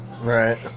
Right